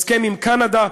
הסכם עם קנדה,